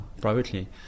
privately